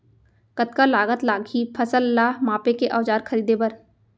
कतका लागत लागही फसल ला मापे के औज़ार खरीदे बर?